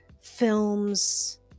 films